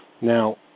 Now